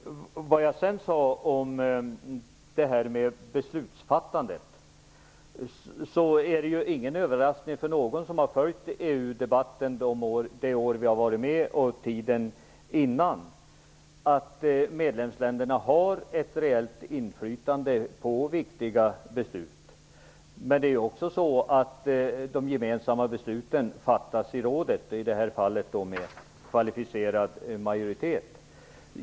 Vad jag sedan sade om beslutsfattandet var att det inte är någon överraskning för någon som har följt EU-debatten det år Sverige har varit med och tiden innan att medlemsländerna har ett reellt inflytande på viktiga beslut. Men de gemensamma besluten fattas i rådet, och i det här fallet med kvalificerad majoritet.